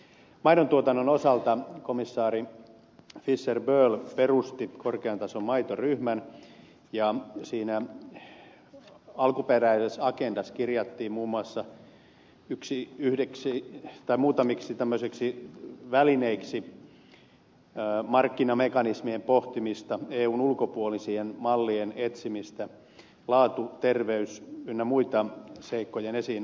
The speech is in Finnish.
maidontuotannon osalta komissaari fischer boel perusti korkean tason maitoryhmän ja siinä alkuperäisessä agendassa kirjattiin muun muassa muutamiksi tämmöisiksi välineiksi markkinamekanismien pohtimista eun ulkopuolisien mallien etsimistä laadun terveyden ynnä muiden seikkojen esiin nostamista